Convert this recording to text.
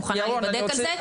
מוכנה להיבדק על זה,